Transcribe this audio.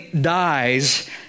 dies